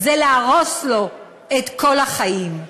זה להרוס לו את כל החיים.